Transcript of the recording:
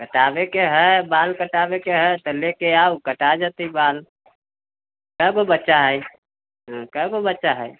कटाबयके हए बाल कटाबयके हए तऽ लऽ कऽ आउ कटा जेतै बाल कएगो बच्चा हइ हँ कएगो बच्चा हइ